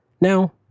Now